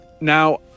Now